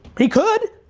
he could.